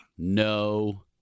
No